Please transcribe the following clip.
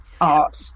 art